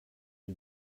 you